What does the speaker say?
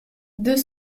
deux